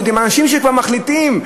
אנשים שכבר מחליטים,